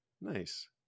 nice